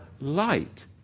light